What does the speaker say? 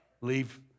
Leave